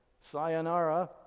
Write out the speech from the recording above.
sayonara